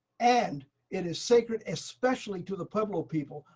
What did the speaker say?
and it is sacred, especially, to the pueblo people.